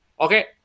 Okay